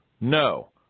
No